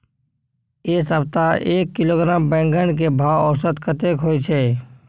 ऐ सप्ताह एक किलोग्राम बैंगन के भाव औसत कतेक होय छै?